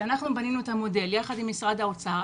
כשאנחנו בנינו את המודל יחד עם משרד האוצר,